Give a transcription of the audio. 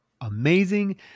amazing